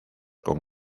con